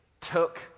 Took